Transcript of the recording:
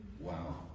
Wow